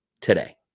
today